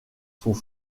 sont